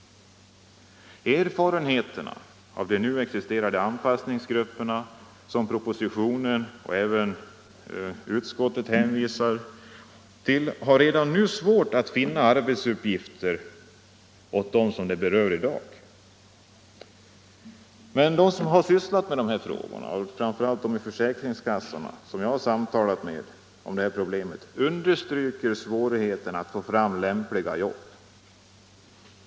Erfarenheterna av de nu existerande anpassningsgrupperna, som man hänvisar till både i propositionen och i utskottets betänkande, är att det redan är svårt att finna arbetsuppgifter åt dem som i dag berörs. De som har sysslat med de här frågorna, framför allt inom försäkringskassorna, och som jag samtalat med om dessa problem understryker svårigheten att få fram lämpliga jobb.